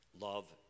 Love